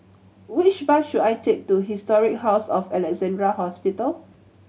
which bus should I take to Historic House of Alexandra Hospital